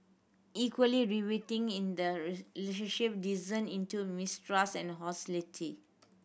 equally riveting in the descent into mistrust and hostility